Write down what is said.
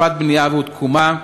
תנופת בנייה ותקומה,